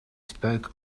spoke